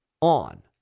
on